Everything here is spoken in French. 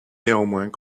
néanmoins